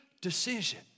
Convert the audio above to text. decision